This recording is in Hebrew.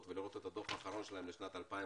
ולראות את הדוח האחרון שלהם לשנת 2019